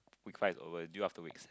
week five over deal after weeks